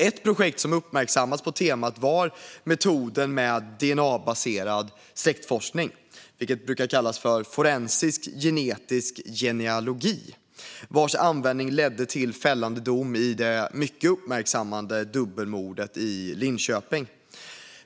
Ett projekt som uppmärksammats på temat var metoden med dna-baserad släktforskning - vilket brukar kallas forensisk genetisk genealogi - vars användning ledde till fällande dom i det mycket uppmärksammade dubbelmordet i Linköping.